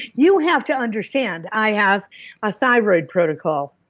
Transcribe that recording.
you have to understand i have a thyroid protocol,